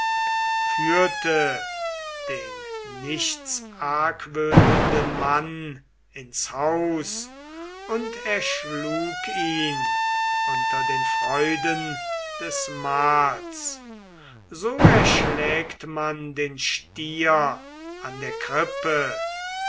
führte den nichts argwöhnenden mann ins haus und erschlug ihn unter den freuden des mahls so erschlägt man den stier an der krippe